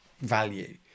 value